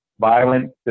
violent